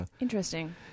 Interesting